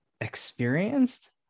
experienced